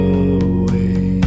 away